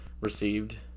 received